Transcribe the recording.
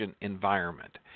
environment